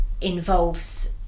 involves